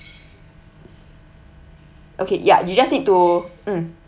okay ya you just need to mm